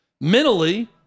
Mentally